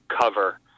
cover